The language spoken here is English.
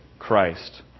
Christ